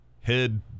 head